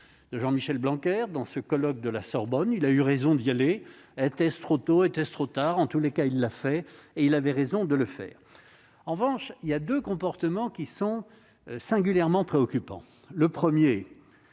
de Jean-Michel Blanquer hier dans ce colloque de la Sorbonne, il a eu raison d'y aller, était-ce trop tôt : était-ce trop tard en tous les cas, il l'a fait et il avait raison de le faire, en revanche, il y a 2 comportements qui sont singulièrement préoccupant le 1er,